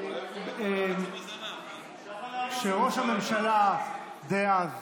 שראש הממשלה דאז